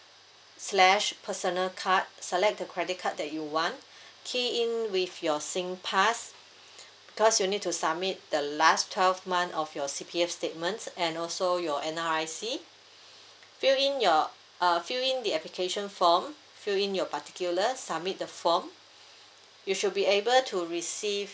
slash personal card select the credit card that you want key in with your singpass because you need to submit the last twelve months of your C_P_F statements and also your N_R_I_C fill in your uh fill in the application form fill in your particulars submit the form you should be able to receive